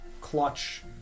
clutch